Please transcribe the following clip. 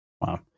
Wow